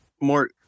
more